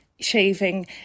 Shaving